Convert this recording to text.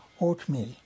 Oatmeal